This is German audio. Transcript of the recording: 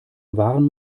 waren